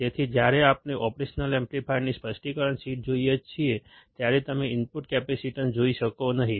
તેથી જ્યારે આપણે ઓપરેશનલ એમ્પ્લીફાયરની સ્પષ્ટીકરણ શીટ જોઈએ છીએ ત્યારે તમે ઇનપુટ કેપેસીટન્સ જોઈ શકશો નહીં